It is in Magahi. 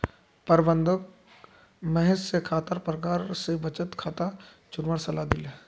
प्रबंधक महेश स खातार प्रकार स बचत खाता चुनवार सलाह दिले